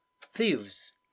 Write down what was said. thieves